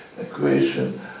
equation